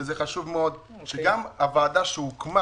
חשוב מאוד שגם הוועדה שהוקמה